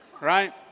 right